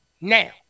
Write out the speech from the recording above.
now